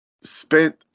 Spent